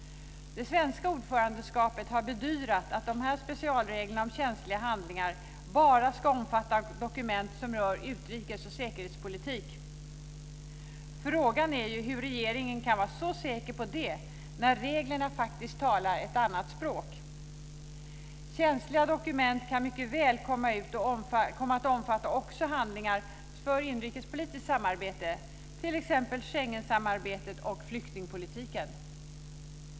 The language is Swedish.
Som ordförande har Sverige bedyrat att specialreglerna om känsliga handlingar bara ska omfatta dokument som rör utrikes och säkerhetspolitik. Frågan är hur regeringen kan vara så säker på det, när reglerna faktiskt talar ett annat språk. Känsliga dokument kan mycket väl komma att omfatta också handlingar som rör inrikespolitiskt samarbete, t.ex. Schengensamarbetet och flyktingpolitiken.